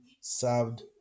served